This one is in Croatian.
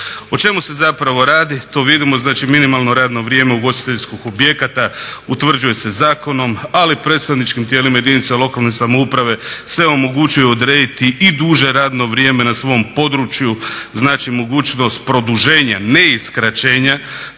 O čemu se zapravo radi? To vidimo, znači minimalno radno vrijeme ugostiteljskog objekta utvrđuje se zakonom ali predstavničkim tijelima jedinica lokalne samouprave se omogućuje odrediti i duže radno vrijeme na svom području, znači mogućnost produženja ne i skraćenja